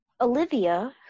Olivia